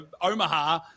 Omaha